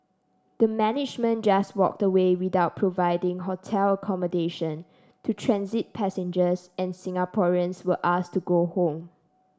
the management just walked away without providing hotel accommodation to transit passengers and Singaporeans were asked to go home